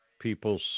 people